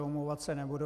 Omlouvat se nebudu.